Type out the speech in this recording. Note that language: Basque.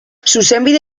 zuzenbide